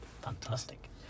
Fantastic